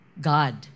God